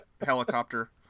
helicopter